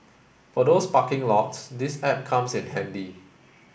for those parking lots this app comes in handy